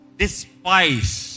despise